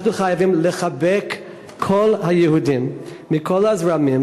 אנחנו חייבים לחבק את כל היהודים מכל הזרמים,